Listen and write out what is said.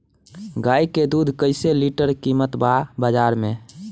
गाय के दूध कइसे लीटर कीमत बा बाज़ार मे?